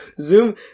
Zoom